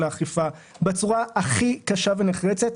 צריך לאכוף בצורה הכי קשה ונחרצת.